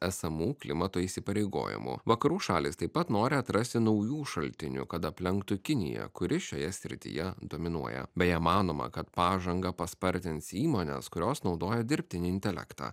esamų klimato įsipareigojimų vakarų šalys taip pat nori atrasti naujų šaltinių kad aplenktų kiniją kuri šioje srityje dominuoja beje manoma kad pažangą paspartins įmonės kurios naudoja dirbtinį intelektą